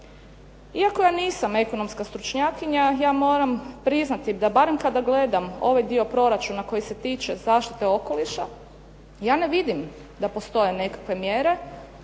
Iako ja nisam ekonomska stručnjakinja ja moram priznati da barem kada gledam ovaj dio proračuna koji se tiče zaštite okoliša ja ne vidim da postoje nekakve mjere